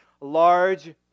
large